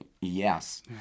yes